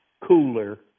cooler